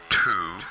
two